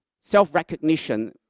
self-recognition